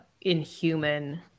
inhuman